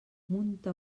munta